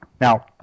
Now